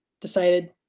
decided